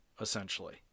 essentially